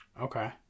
Okay